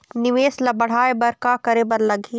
निवेश ला बढ़ाय बर का करे बर लगही?